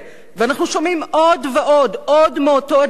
ואנחנו שומעים עוד ועוד, עוד מאותו דבר.